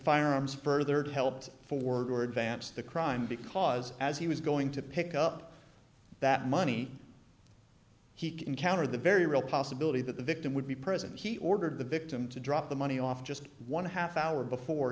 firearms furthered helped forge or advance the crime because as he was going to pick up that money he could encounter the very real possibility that the victim would be present he ordered the victim to drop the money off just one half hour before